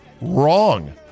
Wrong